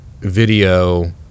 video